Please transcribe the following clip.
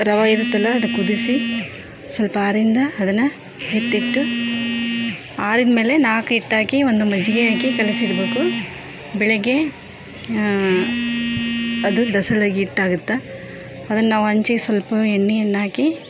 ರವೆ ಇರುತ್ತಲ್ಲ ಅದು ಕುದಿಸಿ ಸ್ವಲ್ಪ ಆರರಿಂದ ಅದನ್ನು ಎತ್ತಿಟ್ಟು ಆರಿದ್ಮೇಲೆ ನಾಲ್ಕು ಹಿಟ್ಟು ಹಾಕಿ ಒಂದು ಮಜ್ಜಿಗೆ ಹಾಕಿ ಕಲಸಿಡಬೇಕು ಬೆಳಗ್ಗೆ ಅದು ದಸಳೆಗ್ ಹಿಟ್ಟಾಗುತ್ತ ಅದನ್ನ ನಾವು ಹಂಚಿ ಸ್ವಲ್ಪ ಎಣ್ಣೆಯನ್ನ ಹಾಕಿ